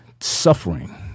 suffering